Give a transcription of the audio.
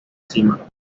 cima